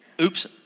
Oops